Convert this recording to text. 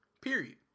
Period